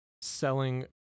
selling